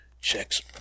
checks